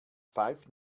pfeift